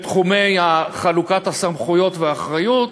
בתחומי חלוקת הסמכויות והאחריות,